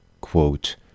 quote